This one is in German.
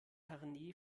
herne